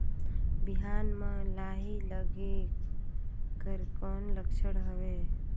बिहान म लाही लगेक कर कौन लक्षण हवे?